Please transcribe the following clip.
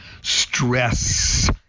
Stress